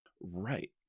Right